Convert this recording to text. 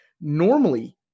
normally